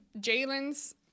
Jalen's